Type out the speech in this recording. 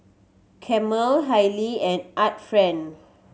Camel Haylee and Art Friend